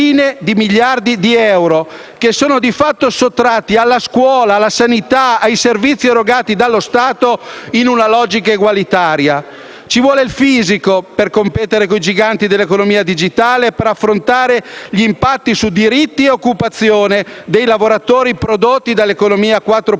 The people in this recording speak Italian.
Ci vuole "il fisico" per competere con i giganti dell'economia digitale e affrontare gli impatti su diritti e occupazione dei lavoratori prodotti dalla cosiddetta